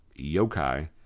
yokai